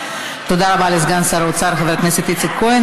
תודה רבה לסגן שר האוצר חבר הכנסת איציק כהן.